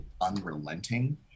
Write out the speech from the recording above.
unrelenting